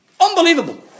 Unbelievable